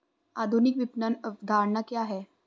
आधुनिक विपणन अवधारणा क्या है?